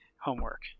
homework